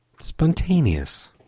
spontaneous